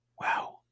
Wow